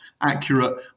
accurate